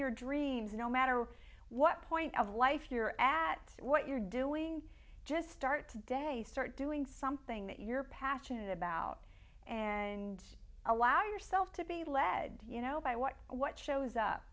your dreams no matter what point of life year at what you're doing just start today start doing something that you're passionate about and allow yourself to be led you know by what what shows up